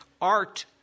art